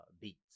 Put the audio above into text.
beats